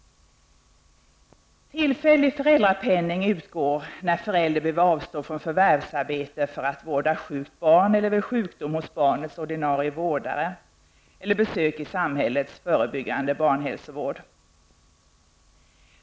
Tillfällig föräldrapenning utgår när en förälder behöver avstå från förvärvsarbete för att vårda sjukt barn eller vid sjukdom hos barnets ordinarie vårdare eller besök i samhällets förebyggande barnhälsovård.